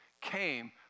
came